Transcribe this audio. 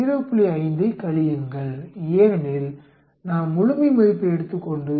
5 ஐக் கழியுங்கள் ஏனெனில் நான் முழுமை மதிப்பை எடுத்துக்கொண்டு 0